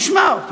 נשמר.